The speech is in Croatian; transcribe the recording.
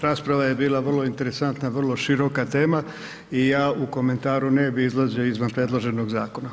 Rasprava je bila vrlo interesantna, vrlo široka tema i ja u komentaru ne bih izlazio izvan predloženog zakona.